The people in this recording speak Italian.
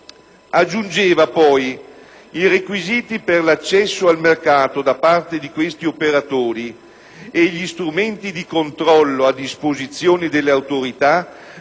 aggiungeva che i requisiti per l'accesso al mercato da parte di questi operatori e gli strumenti di controllo a disposizione delle autorità